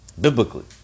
biblically